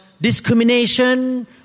discrimination